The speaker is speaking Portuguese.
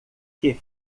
que